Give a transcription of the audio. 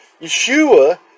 Yeshua